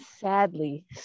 Sadly